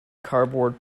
cardboard